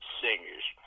singers